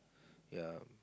ya